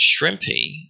Shrimpy